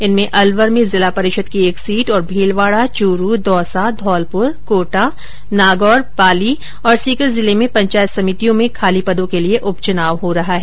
इसमें अलवर मे जिला परिषद की एक सीट और भीलवाड़ा चूरू दौसा धौलपुर कोटा नागौर पाली और सीकर जिले में पंचायत समितियो में रिक्त पदों के लिये उपचुनाव हो रहा है